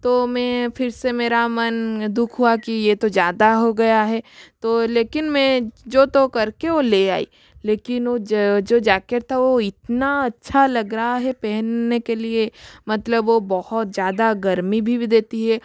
तो मैं फिर से मेरा मन दुःख हुआ कि यह तो ज़्यादा हो गया है तो लेकिन मैं जो तो कर वह ले आई लेकिन वह जो जैकेट था वह इतना अच्छा लग रहा है पहनने के लिए मतलब वह बहुत ज़्यादा गर्मी भी देती है